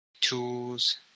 tools